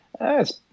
Yes